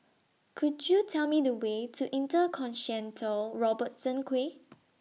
Could YOU Tell Me The Way to InterContinental Robertson Quay